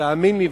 תאמין לי,